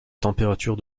température